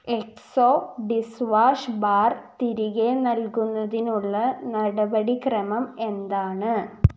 എക്സോ dishwash bar തിരികെ നൽകുന്നതിനുള്ള നടപടിക്രമം എന്താണ്